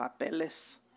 Papeles